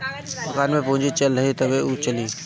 दुकान में पूंजी रही तबे उ चली